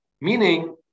Meaning